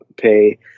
pay